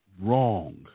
wrong